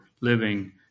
living